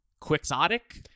Quixotic